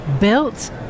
built